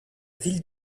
ville